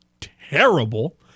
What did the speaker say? terrible